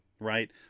Right